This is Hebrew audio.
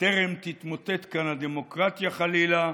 בטרם תתמוטט כאן הדמוקרטיה, חלילה.